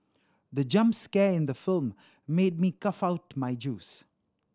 the jump scare in the film made me cough out my juice